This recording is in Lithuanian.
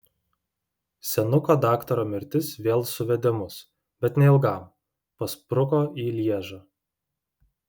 senuko daktaro mirtis vėl suvedė mus bet neilgam paspruko į lježą